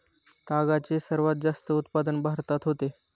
तागाचे सर्वात जास्त उत्पादन भारतात होते